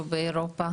או באירופה?